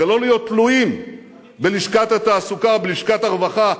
ולא להיות תלויים בלשכת התעסוקה או בלשכת הרווחה,